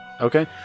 Okay